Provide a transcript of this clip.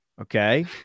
Okay